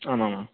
आम् आम् आम्